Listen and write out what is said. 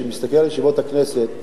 שמסתכל על ישיבות הכנסת,